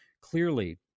clearly